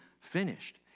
finished